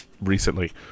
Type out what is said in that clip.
recently